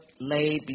laid